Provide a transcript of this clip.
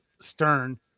Stern